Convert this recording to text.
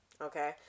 Okay